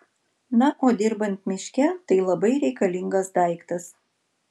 na o dirbant miške tai labai reikalingas daiktas